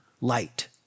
light